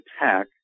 attack